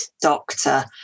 doctor